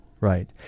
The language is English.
Right